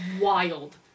wild